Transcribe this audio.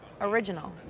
original